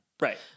Right